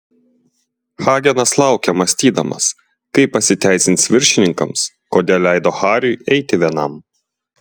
hagenas laukė mąstydamas kaip pasiteisins viršininkams kodėl leido hariui eiti vienam